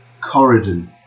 Corridon